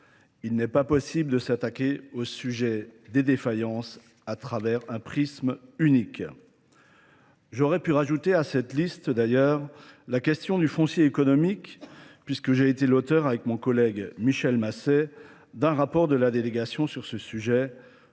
Il n'est pas possible de s'attaquer au sujet des défaillances à travers un prisme unique. J'aurais pu rajouter à cette liste d'ailleurs la question du foncier économique puisque j'ai été l'auteur avec mon collègue Michel Masset d'un rapport de la délégation sur ce sujet